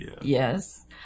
yes